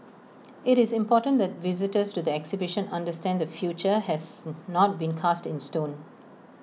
IT is important that visitors to the exhibition understand the future has not been cast in stone